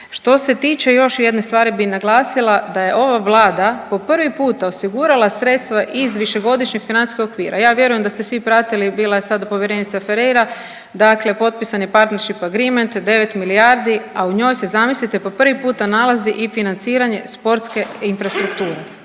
Što se tiče još jedne stvari bi naglasila da je ova vlada po prvi puta osigurala sredstva iz višegodišnjeg financijskog okvira. Ja vjerujem da ste svi pratili, bila je sad povjerenica Ferreira, dakle potpisan je …/Govornik se ne razumije/…9 milijardi, a u njoj se zamislite po prvi puta nalazi i financiranje sportske infrastrukture,